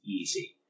easy